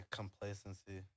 complacency